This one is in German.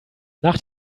nach